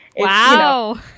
wow